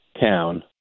town